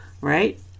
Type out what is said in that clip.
right